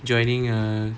joining err